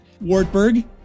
Wartburg